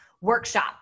workshop